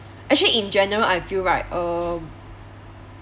actually in general I feel right uh